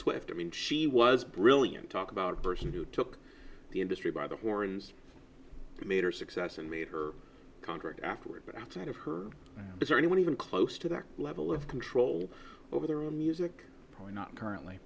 swift i mean she was brilliant talk about a person who took the industry by the horns major success and made her contract afterward but outside of her is there anyone even close to that level of control over their own music probably not currently